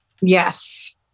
Yes